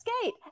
skate